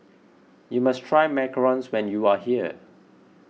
you must try macarons when you are here